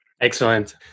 Excellent